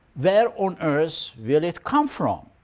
where on earth will it come from?